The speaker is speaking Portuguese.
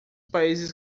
países